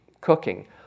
cooking